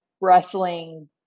wrestling